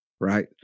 right